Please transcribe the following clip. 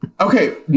Okay